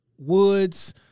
Woods